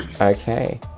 Okay